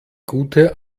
gute